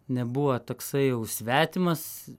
nebuvo toksai jau svetimas